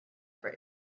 bridge